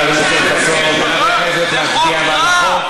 בהתחלה הוא נטפל לחרדים, עכשיו הוא נטפל לליכוד.